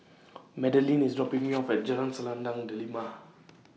Madelynn IS dropping Me off At Jalan Selendang Delima